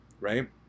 right